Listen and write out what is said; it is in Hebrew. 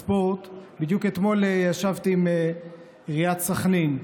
בספורט, בדיוק אתמול ישבתי עם עיריית סח'נין.